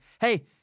hey